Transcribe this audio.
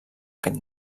aquest